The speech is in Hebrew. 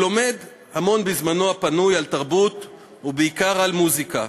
בזמנו הפנוי הוא לומד המון על תרבות ובעיקר על מוזיקה,